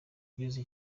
ugeze